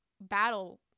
battle